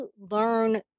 learn